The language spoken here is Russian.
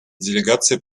делегации